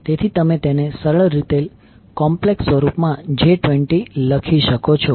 તેથી તમે તેને સરળ રીતે કોમ્પલેક્ષ સ્વરૂપમાં j20 લખી શકો છો